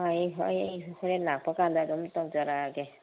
ꯍꯣꯏ ꯍꯣꯏ ꯑꯩ ꯍꯣꯔꯦꯟ ꯂꯥꯛꯄꯀꯥꯟꯗ ꯑꯗꯨꯝ ꯇꯧꯖꯔꯛꯑꯒꯦ